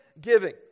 giving